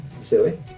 Silly